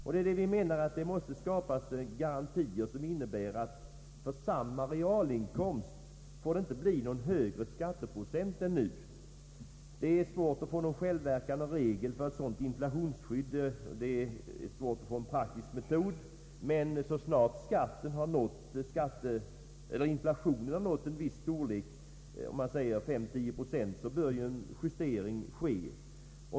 Vi menar att garantier måste skapas mot att det blir högre skatteprocent än nu på samma realinkomst. Det är svårt att få någon självverkande regel för ett sådant inflationsskydd. Det är svårt att få en praktisk metod. Men så snart inflationen nått en viss storlek, t.ex. 5—10 procent, bör en justering ske.